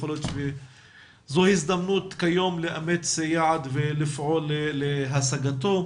יכול להיות שזו הזדמנות לאמץ היום יעד ולפעול להשגתו.